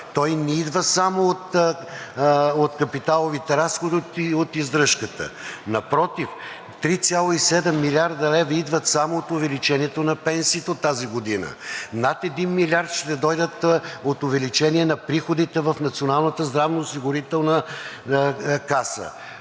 Той не идва само от капиталовите разходи и от издръжката. Напротив, 3,7 млрд. лв. идват само от увеличението на пенсиите от тази година, над 1 милиард ще дойдат от увеличение на приходите в